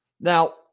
Now